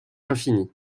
infinie